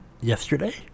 yesterday